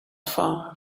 far